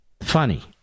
Funny